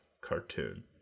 cartoon